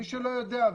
מי שלא יודע,